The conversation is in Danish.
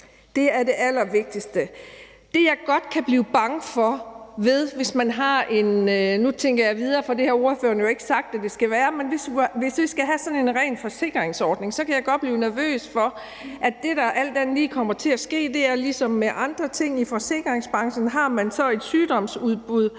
Det er det allervigtigste. Det, jeg godt kan blive bange for – og nu tænker jeg videre, for ordføreren har jo ikke sagt, at det skal være sådan – er, hvis vi skal have sådan en ren forsikringsordning. Så kan jeg godt blive nervøs for, at det, der alt andet lige kommer til at ske, er ligesom med andre ting i forsikringsbranchen. Har man et sygdomsudbrud,